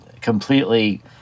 completely